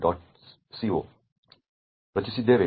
so ರಚಿಸುತ್ತೇವೆ